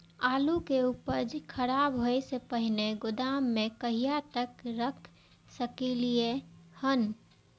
आलु के उपज के खराब होय से पहिले गोदाम में कहिया तक रख सकलिये हन?